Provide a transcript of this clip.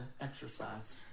exercise